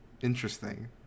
Interesting